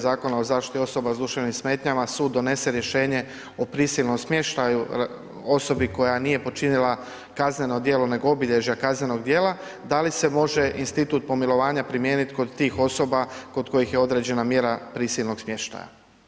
Zakona o zaštiti osoba s duševnim smetnjama sud donese rješenje o prisilnom smještaju osobi koja nije počinila kazneno djelo nego obilježja kaznenog djela, da li se može institut pomilovanja primijenit kod tih osoba kod kojih je određena mjera prisilnog smještaja?